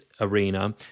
arena